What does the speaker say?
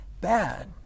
bad